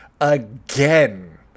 again